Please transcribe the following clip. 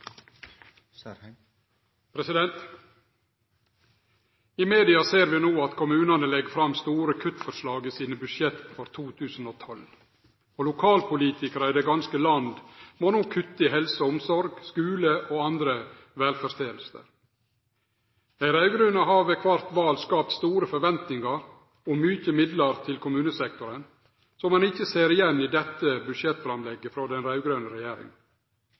det. I media ser vi no at kommunane legg fram store kuttforslag i sine budsjett for 2012, og lokalpolitikarar i det ganske land må kutte i helse og omsorg, skule og andre velferdstenester. Dei raud-grøne har ved kvart val skapt store forventingar om mykje midlar til kommunesektoren, midlar som ein ikkje ser igjen i dette budsjettframlegget frå den raud-grøne regjeringa.